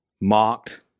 mocked